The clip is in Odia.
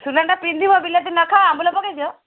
ସୁନା ଟା ପିନ୍ଧିବ ବିଲାତି ନ ଖାଅ ଆମ୍ବୁଲ ପକାଇ ଦିଅ